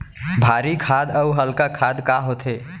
भारी खाद अऊ हल्का खाद का होथे?